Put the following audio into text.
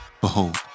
Behold